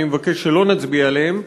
אני מבקש שלא נצביע עליהן,